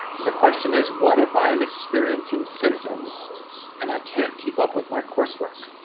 the question is what if i am experiencing symptoms and i can't keep up with my coursework?